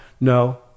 No